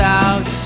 out